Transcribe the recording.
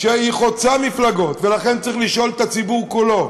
שחוצה מפלגות, ולכן צריך לשאול את הציבור כולו: